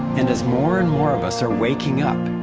and as more and more of us are waking up,